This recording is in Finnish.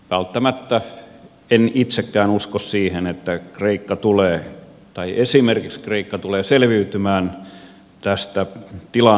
välttämättä en itsekään usko siihen että esimerkiksi kreikka tulee selviytymään tästä tilanteesta